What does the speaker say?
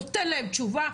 נותן להם תשובה.